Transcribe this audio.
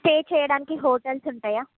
stay చేయడానికి hotels ఉంటాయా